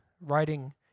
writing